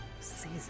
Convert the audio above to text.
season